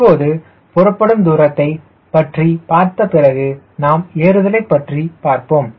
இப்போது புறப்படும் தூரத்தை பற்றி பார்த்தபிறகு நாம் ஏறுதலை பற்றி பார்ப்போம்